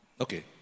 Okay